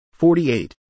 48